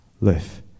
live